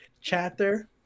chapter